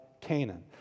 Canaan